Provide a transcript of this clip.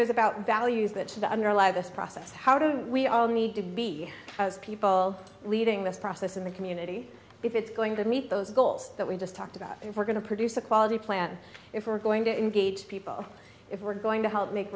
is about values that should underlie this process how do we all need to be people leading this process in the community if it's going to meet those goals that we just talked about if we're going to produce a quality plan if we're going to engage people if we're going to help make